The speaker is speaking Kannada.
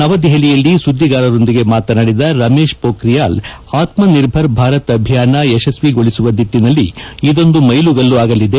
ನವದೆಹಲಿಯಲ್ಲಿ ಸುದ್ದಿಗಾರರೊಂದಿಗೆ ಮಾತನಾದಿದ ರಮೇಶ್ ಪೋಖ್ರಿಯಾಲ್ ಆತ್ಮ ನಿರ್ಭರ ಭಾರತ ಅಭಿಯಾನ ಯಶಸ್ವಿಗೊಳಿಸುವ ನಿಟ್ಟಿನಲ್ಲಿ ಇದೊಂದು ಮೈಲುಗಲ್ಲು ಆಗಲಿದೆ